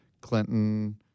Clinton